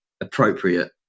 appropriate